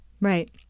Right